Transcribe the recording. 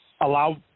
allow